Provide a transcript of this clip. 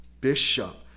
bishop